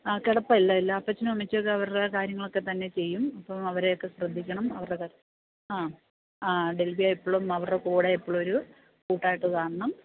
ആ കിടപ്പല്ല എല്ലാം അപ്പച്ചനും അമ്മച്ചിയുമൊക്കെ അവരുടെ കാര്യങ്ങളൊക്കെ തന്നെ ചെയ്യും അപ്പോള് അവരെയൊക്കെ ശ്രദ്ധിക്കണം അവരുടെ ആ ആ ഡെൽബിയ എപ്പോഴും അവരുടെ കൂടെ എപ്പോഴുമൊരു കൂട്ടായിട്ടു കാണണം